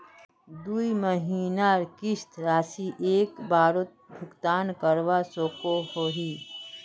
दुई महीनार किस्त राशि एक बारोत भुगतान करवा सकोहो ही?